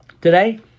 Today